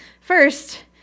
First